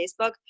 Facebook